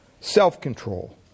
self-control